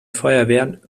feuerwehren